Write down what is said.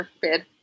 bid